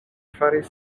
faris